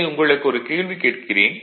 சரி உங்களுக்கு ஒரு கேள்வி கேட்கிறேன்